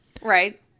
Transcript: Right